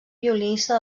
violinista